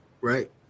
Right